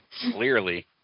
clearly